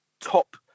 top